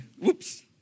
Whoops